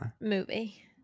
movie